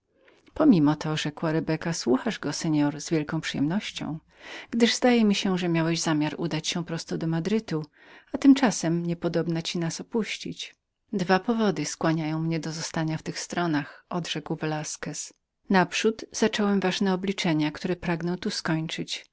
pomimo to rzekła rebeka słuchasz go pan z wielką przyjemnością gdyż zdaje mi się że miałeś zamiar prosto udać się do madrytu a tymczasem niepodobna ci nas opuścić dwa powody skłaniają mnie do zostania w tych miejscach odrzekł velasquez naprzód zacząłem ważne rachunki które pragnę tu skończyć